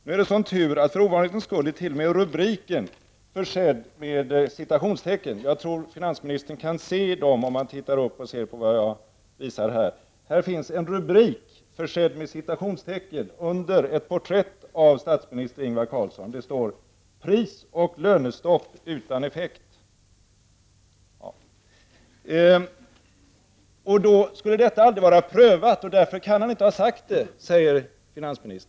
Nu är det sådan tur att t.o.m. rubriken för ovanlighetens skull är försedd med citationstecken. Jag tror att finansministern kan se dem om han nu tittar upp och ser på vad jag här visar. Det finns under ett porträtt av statsminister Ingvar Carlsson en rubrik försedd med citationstecken. Det står: ”Prisoch lönestopp utan effekt”. Finansministern säger att statsministern inte kan ha sagt detta, eftersom det aldrig har varit prövat.